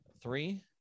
Three